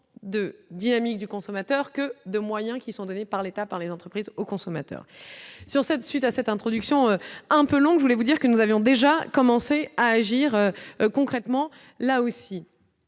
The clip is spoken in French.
de dynamique du consommateur que de moyens qui sont donnés par l'État par les entreprises aux consommateurs sur cette suite à cette introduction un peu longue, je voulais vous dire que nous avions déjà commencé à agir concrètement, là aussi,